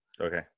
Okay